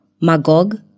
Magog